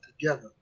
together